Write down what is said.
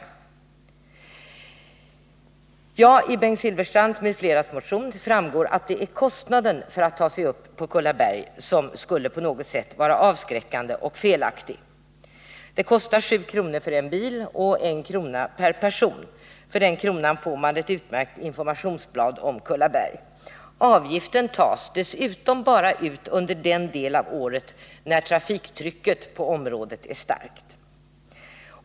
Av motionen av Bengt Silfverstrand m.fl. framgår att det är kostnaden för att ta sig upp på Kullaberg som skulle vara felaktig — den skulle vara avskräckande. Det kostar 7 kr. för en bil och 1 kr. per person. För den kronan får man ett utmärkt informationsblad om Kullaberg. Avgiften tas dessutom bara ut under den del av året när trafiktrycket på området är stort.